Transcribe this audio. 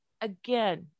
again